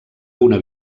una